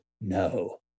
no